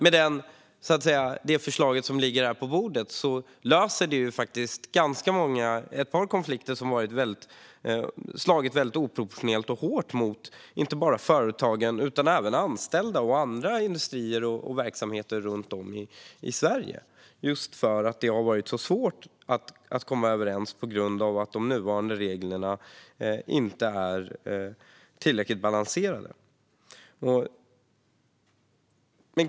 Med det förslag som ligger på bordet löser man ett par konflikter som har slagit oproportionerligt hårt mot inte bara företagen utan även anställda och andra industrier och verksamheter runt om i Sverige. Här har det varit svårt att komma överens just för att de nuvarande reglerna inte är tillräckligt balanserade.